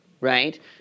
right